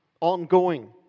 Ongoing